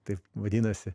taip vadinasi